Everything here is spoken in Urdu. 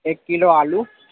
ایک کلو آلو